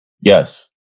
Yes